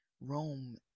Rome